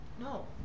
No